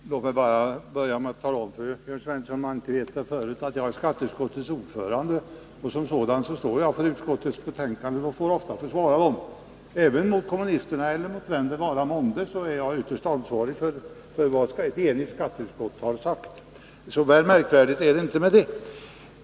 Herr talman! Låt mig börja med att tala om för Jörn Svensson — om han inte vet det förut — att jag är skatteutskottets ordförande, och som sådan står jag för utskottets betänkanden och får ofta försvara dem. Även mot kommunisterna eller mot vem det vara månde är det ytterst jag som är ansvarig för vad ett enigt skatteutskott har sagt. Märkvärdigare än så är det inte med det.